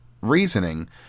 reasoning